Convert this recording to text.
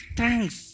thanks